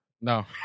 No